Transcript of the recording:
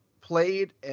played